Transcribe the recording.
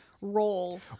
role